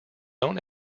own